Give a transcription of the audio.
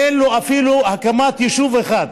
אין לו אפילו הקמת יישוב אחד.